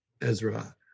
Ezra